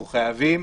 אנחנו חייבים